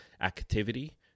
activity